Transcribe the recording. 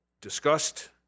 discussed